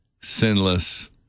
sinless